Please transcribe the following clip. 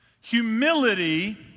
Humility